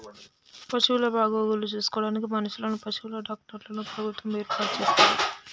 పశువుల బాగోగులు చూసుకోడానికి మనుషులను, పశువుల డాక్టర్లను ప్రభుత్వం ఏర్పాటు చేస్తది